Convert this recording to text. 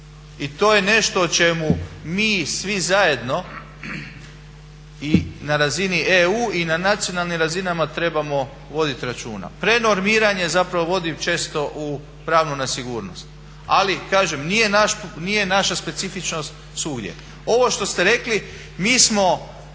I to je nešto o čemu mi svi zajedno i na razini EU i na nacionalnim razinama trebamo voditi računa. Prenormiranje zapravo vodi često u pravnu nesigurnost. Ali kažem, nije naša specifičnost svugdje je. Ovo što ste rekli, mi smo